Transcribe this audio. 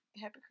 Happy